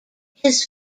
his